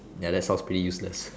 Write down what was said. ya that's sounds pretty useless